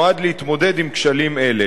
נועד להתמודד עם כשלים אלה